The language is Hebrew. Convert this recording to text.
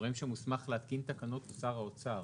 הגורם שמוסמך להתקין תקנות הוא שר האוצר.